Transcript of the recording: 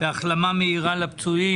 החלמה מהירה לפצועים.